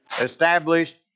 established